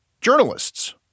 journalists